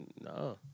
No